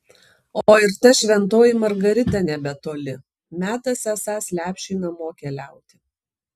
o ir ta šventoji margarita nebetoli metas esąs lepšiui namo keliauti